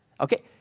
Okay